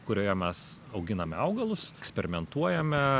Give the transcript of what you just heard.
kurioje mes auginame augalus eksperimentuojame